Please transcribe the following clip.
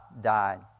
died